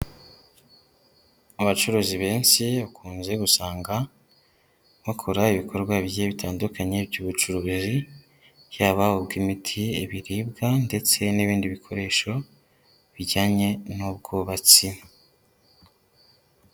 Abacuruzi benshi bakunze gusanga bakora ibikorwa bigiye bitandukanye by'ubucuruzi, yaba ubw'imiti, ibiribwa ndetse n'ibindi bikoresho bijyanye n'ubwubatsi.